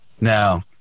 Now